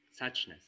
suchness